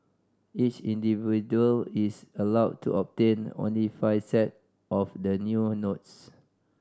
each individual is allowed to obtain only five set of the new notes